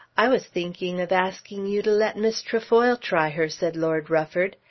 i was thinking of asking you to let miss trefoil try her, said lord rufford.